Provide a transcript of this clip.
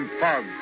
fog